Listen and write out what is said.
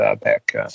back